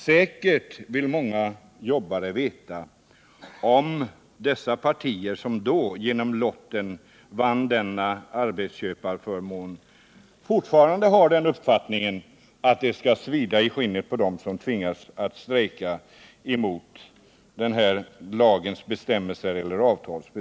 Säkert vill många jobbare veta om dessa partier fortfarande hävdar denna uppfattning.